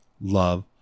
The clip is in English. love